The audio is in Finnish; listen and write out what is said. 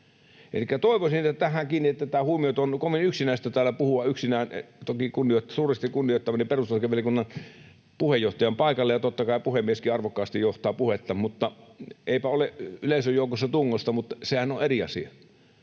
Elikkä toivoisin, että tähän kiinnitetään huomiota. On kovin yksinäistä täällä puhua yksinään — toki suuresti kunnioittamani perustuslakivaliokunnan puheenjohtaja on paikalla, ja totta kai puhemieskin arvokkaasti johtaa puhetta, mutta eipä ole yleisön joukossa tungosta — mutta sehän on eri asia.